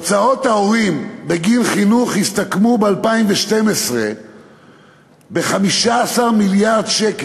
הוצאות ההורים בגין חינוך הסתכמו ב-2012 ב-15 מיליארד ש"ח.